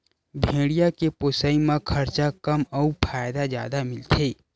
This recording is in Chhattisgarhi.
भेड़िया के पोसई म खरचा कम अउ फायदा जादा मिलथे